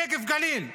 נגב-גליל.